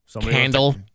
Candle